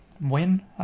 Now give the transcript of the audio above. win